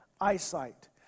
eyesight